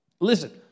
Listen